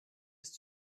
ist